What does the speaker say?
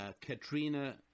Katrina